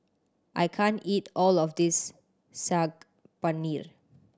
I can't eat all of this Saag Paneer